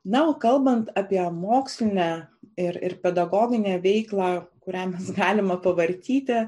na o kalbant apie mokslinę ir ir pedagoginę veiklą kurią mes galima pavartyti